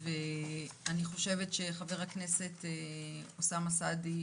אני חושבת שחבר הכנסת אוסאמה סעדי,